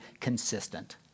consistent